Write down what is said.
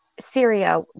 Syria